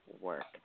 work